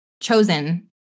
chosen